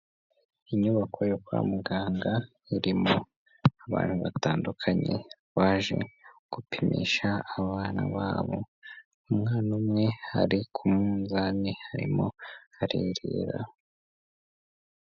Inyubako yo kwa muganga irimo abantu batandukanye baje gupimisha abana babo, umwana umwe ari ku munzani harimo arerera.